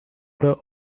were